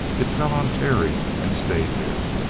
it fell on terry and stayed there.